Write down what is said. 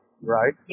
Right